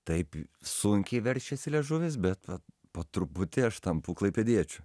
taip sunkiai verčiasi liežuvis bet vat po truputį aš tampu klaipėdiečiu